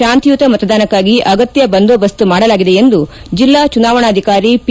ಶಾಂತಿಯುತ ಮತದಾನಕ್ಕಾಗಿ ಅಗತ್ಯ ಬಂದೋಬಸ್ತ್ ಮಾಡಲಾಗಿದೆ ಎಂದು ಜೆಲ್ಲಾ ಚುನಾವಣಾಧಿಕಾರಿ ಪಿ